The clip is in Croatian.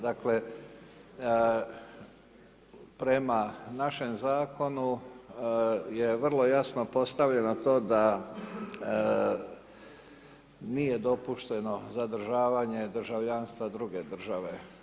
Dakle, prema našem zakonu je vrlo jasno postavljeno to da nije dopušteno zadržavanje državljanstva druge države.